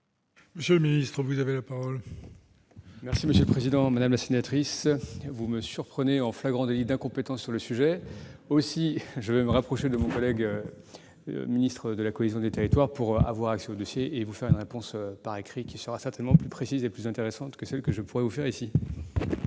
fassiez une réponse différée. La parole est à M. le secrétaire d'État. Madame la sénatrice, vous me surprenez en flagrant délit d'incompétence sur le sujet. Je vais me rapprocher de mon collègue ministre de la cohésion des territoires pour avoir accès au dossier et vous adresser une réponse écrite, qui sera certainement plus précise et plus intéressante que celle que je pourrais vous faire ici